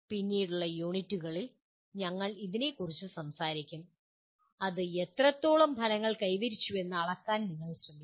പിന്നീടുള്ള യൂണിറ്റുകളിൽ ഞങ്ങൾ അതിനെക്കുറിച്ച് സംസാരിക്കും അത് എത്രത്തോളം ഫലങ്ങൾ കൈവരിച്ചുവെന്ന് അളക്കാൻ നിങ്ങൾ ശ്രമിക്കുന്നു